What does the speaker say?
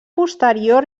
posterior